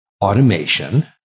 automation